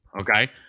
Okay